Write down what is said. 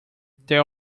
that